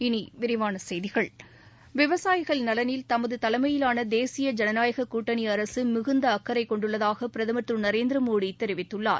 இனிவிரிவானசெய்கிகள் விவசாயிகள் நலனில் தமதுதலையிலானதேசிய ஜனநாயககூட்டணிஅரசுமிகுந்தஅக்கறைகொண்டுள்ளதாகபிரதமர் திருநரேந்திரமோடிதெரிவித்துள்ளார்